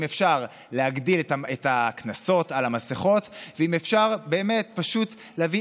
אם אפשר להגדיל את הקנסות על המסכות ואם אפשר באמת פשוט להביא